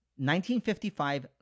1955